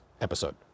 episode